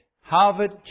Harvard